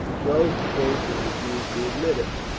closed the gates and refused to admit him.